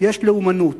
יש לאומנות,